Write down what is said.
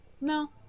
No